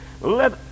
Let